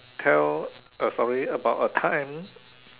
tell a story about a time